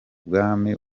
bwami